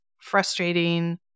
frustrating